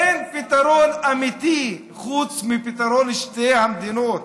אין פתרון אמיתי חוץ מפתרון שתי המדינות,